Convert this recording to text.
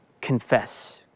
confess